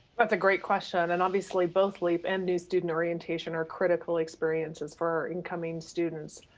that's a great question. and obviously both leap and new student orientation are critical experiences for incoming students.